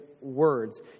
words